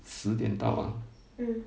十点到啊